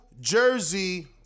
Jersey